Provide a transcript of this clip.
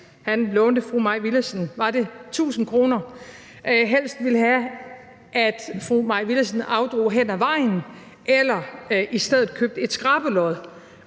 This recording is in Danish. han lånte fru Mai Villadsen, var det 1.000 kr., helst ville have, at hun afdrog hen ad vejen eller i stedet købte et skrabelod